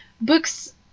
books